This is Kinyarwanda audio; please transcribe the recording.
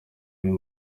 uyu